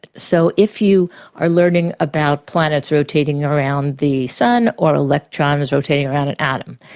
so if you are learning about planets rotating around the sun or electrons rotating around an atom,